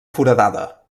foradada